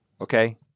okay